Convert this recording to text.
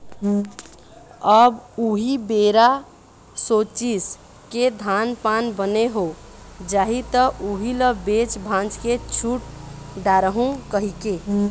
अब उही बेरा सोचिस के धान पान बने हो जाही त उही ल बेच भांज के छुट डारहूँ कहिके